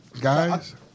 Guys